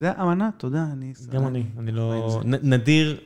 זה המנה, תודה, אני,... בא עם זה. גם אני, אני לא נדיר.